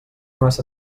massa